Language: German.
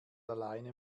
alleine